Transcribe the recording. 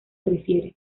refiere